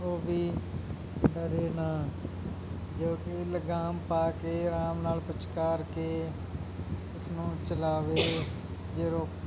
ਉਹ ਵੀ ਡਰੇ ਨਾ ਜੋ ਕਿ ਲਗਾਮ ਪਾ ਕੇ ਆਰਾਮ ਨਾਲ ਪੁਚਕਾਰ ਕੇ ਇਸਨੂੰ ਚਲਾਵੇ ਜਦੋਂ